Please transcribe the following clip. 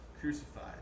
crucified